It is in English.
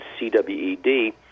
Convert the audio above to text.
CWED